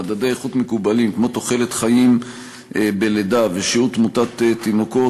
במדדי איכות מקובלים כמו תוחלת חיים בלידה ושיעור תמותת תינוקות,